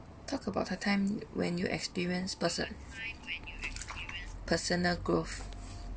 talk about the time when you experience person personal growth